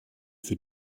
für